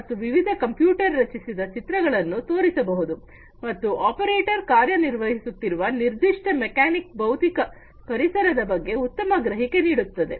ಮತ್ತು ವಿವಿಧ ಕಂಪ್ಯೂಟರ್ ರಚಿಸಿದ ಚಿತ್ರಗಳನ್ನು ತೋರಿಸಬಹುದು ಮತ್ತು ಆಪರೇಟರ್ ಕಾರ್ಯನಿರ್ವಹಿಸುತ್ತಿರುವ ನಿರ್ದಿಷ್ಟ ಮೆಕ್ಯಾನಿಕ್ ಭೌತಿಕ ಪರಿಸರದ ಬಗ್ಗೆ ಉತ್ತಮ ಗ್ರಹಿಕೆ ನೀಡುತ್ತದೆ